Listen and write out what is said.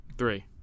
three